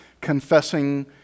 confessing